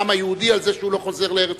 בעם היהודי על זה שהוא לא חוזר לארץ-ישראל.